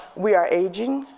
we are aging,